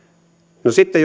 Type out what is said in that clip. no sitten